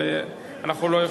אבל אנחנו לא יכולים.